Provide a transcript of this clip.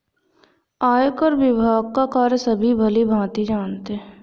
आयकर विभाग का कार्य सभी भली भांति जानते हैं